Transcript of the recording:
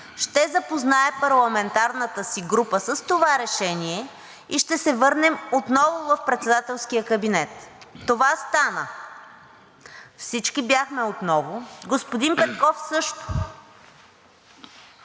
ще запознае парламентарната си група с това решение и ще се върнем отново в председателския кабинет и това стана. Всички бяхме отново и господин Петков също.